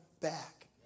back